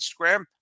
Instagram